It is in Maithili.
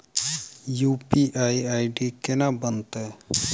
यु.पी.आई आई.डी केना बनतै?